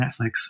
Netflix